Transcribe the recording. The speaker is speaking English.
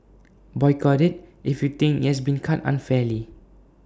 boycott IT if you think IT has been cut unfairly